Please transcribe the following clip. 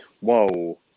whoa